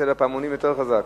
מצלצל בפעמונים יותר חזק.